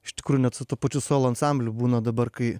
iš tikrųjų net su tuo pačiu solo ansambliu būna dabar kai